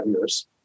years